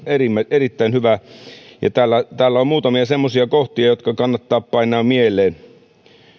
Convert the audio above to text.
erittäin hyvä ja täällä täällä on muutamia semmoisia kohtia jotka kannattaa painaa mieleen